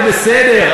זה בסדר,